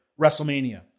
WrestleMania